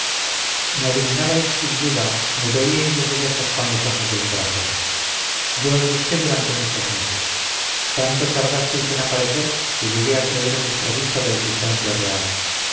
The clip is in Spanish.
así me adivinabais sin duda me veíais desde lejos con los ojos del corazón yo os busqué durante muchos meses tanto tardasteis en aparecer que llegué a creeros desprovisto de existencia real